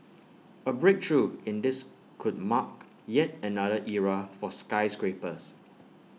A breakthrough in this could mark yet another era for skyscrapers